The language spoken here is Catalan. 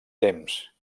temps